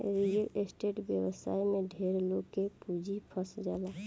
real estate व्यवसाय में ढेरे लोग के पूंजी फंस जाला